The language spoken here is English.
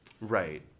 Right